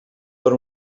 per